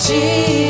Jesus